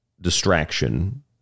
distraction